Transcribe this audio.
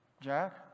Jack